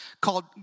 called